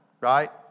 right